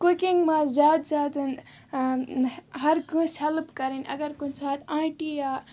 cooking منٛز زیادٕ زیادٕ ہَر کٲنٛسہِ ہیٚلٕپ کَرٕنۍ اَگر کُنہِ ساتہٕ آنٛٹی یا